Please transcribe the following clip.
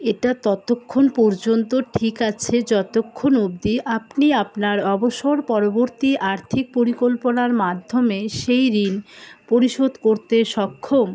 এটা ততক্ষণ পর্যন্ত ঠিক আছে যতক্ষণ অবধি আপনি আপনার অবসর পরবর্তী আর্থিক পরিকল্পনার মাধ্যমে সেই ঋণ পরিশোধ করতে সক্ষম